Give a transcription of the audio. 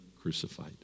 crucified